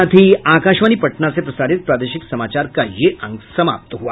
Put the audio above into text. इसके साथ ही आकाशवाणी पटना से प्रसारित प्रादेशिक समाचार का ये अंक समाप्त हुआ